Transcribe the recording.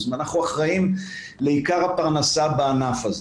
זאת אומרת אנחנו אחראים לעיקר הפרנסה בענף הזה